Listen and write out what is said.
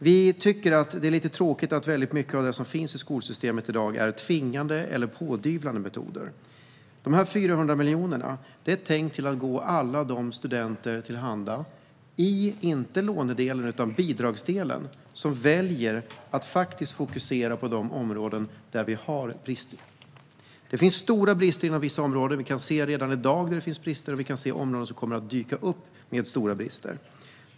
Vi tycker att det är lite tråkigt att väldigt mycket av det som finns i skolsystemet i dag är tvingande eller pådyvlande metoder. De här 400 miljonerna är tänkta att gå till alla de studenter som väljer att fokusera på de områden där vi har brister - det handlar inte om lånedelen utan om bidragsdelen. Det finns stora brister inom vissa områden. Vi kan se redan i dag att det finns brister, och vi kan se områden där det kommer att dyka upp stora brister.